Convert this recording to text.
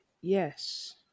yes